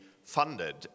Funded